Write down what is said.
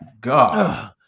God